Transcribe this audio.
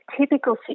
typical